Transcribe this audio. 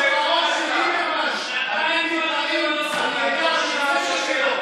אני נבחרתי בצורה דמוקרטית בליכוד,